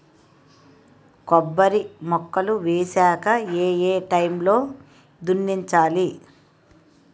కొబ్బరి మొక్కలు వేసాక ఏ ఏ టైమ్ లో దున్నించాలి?